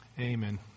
amen